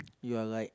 you are like